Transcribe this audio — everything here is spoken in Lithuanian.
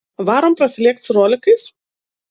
varom prasilėkt su rolikais